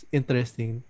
interesting